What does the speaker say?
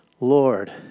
Lord